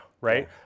right